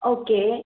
okay